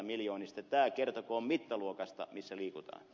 tämä kertokoon mittaluokasta missä liikutaan